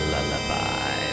Lullaby